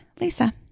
Lisa